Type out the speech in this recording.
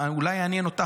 ואולי גם יעניין גם אותך,